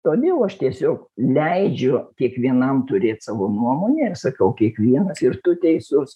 toni o aš tiesiog leidžiu kiekvienam turėt savo nuomonę ir sakau kiekvienas ir tu teisus